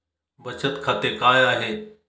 बचत खाते काय आहे?